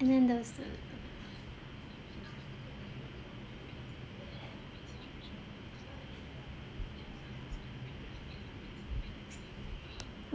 and then there was the